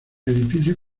edificio